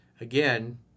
Again